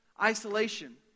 isolation